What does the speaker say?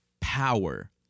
power